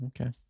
okay